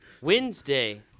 Wednesday